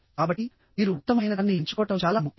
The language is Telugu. కాబట్టి మీరు ఉత్తమమైనదాన్ని ఎంచుకోవడం చాలా ముఖ్యం